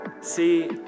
See